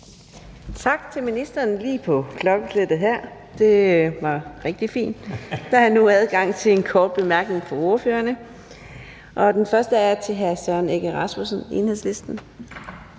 Tak til ministeren. Det var lige på klokkeslættet her, det var rigtig fint, og der er nu adgang til en kort bemærkning fra ordførerne, og den første er fra hr. Søren Egge Rasmussen, Enhedslisten.